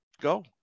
go